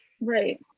right